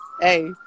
hey